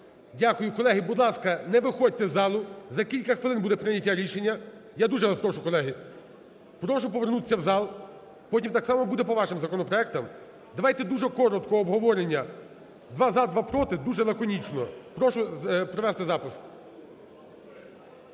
Дякую. Колеги, будь ласка, не виходьте з залу, за кілька хвилин буде прийняття рішення, я дуже вас прошу, колеги. Прошу повернутися в зал, потім так само буде по вашим законопроектам. Давайте дуже коротко обговорення два – за, два – проти, дуже лаконічно. Прошу провести запис.